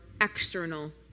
external